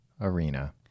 arena